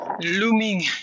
looming